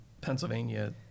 Pennsylvania